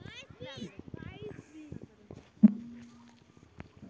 ये यू.पी.आई से भुगतान करे पर खाता से सेवा चार्ज भी लगथे?